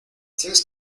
tienes